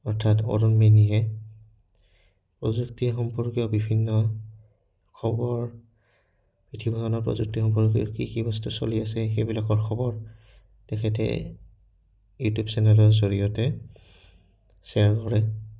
অৰ্থাৎ অৰুণ মেইনীয়ে প্ৰযুক্তি সম্পৰ্কীয় বিভিন্ন খবৰ পৃথিৱীখনত প্ৰযুক্তি সম্পৰ্কীয় কি কি বস্তু চলি আছে সেইবিলাকৰ খবৰ তেখেতে ইউটিউব চেনেলৰ জৰিয়তে শ্বেয়াৰ কৰে